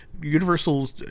Universal